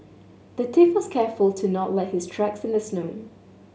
the thief was careful to not let his tracks in the snow